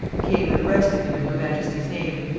came and arrested him in her majesty's name,